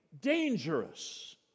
dangerous